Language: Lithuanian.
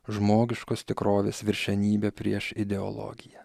žmogiškos tikrovės viršenybė prieš ideologiją